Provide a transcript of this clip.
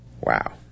Wow